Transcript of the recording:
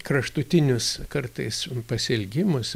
kraštutinius kartais pasielgimus